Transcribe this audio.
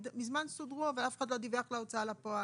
מזמן סודרו אבל אף אחד לא דיווח להוצאה לפועל.